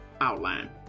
outline